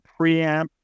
preamp